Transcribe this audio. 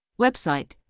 website